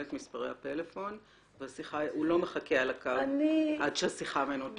את מספרי הטלפון והוא לא מחכה על הקו עד שהשיחה מנותקת.